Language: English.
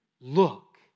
Look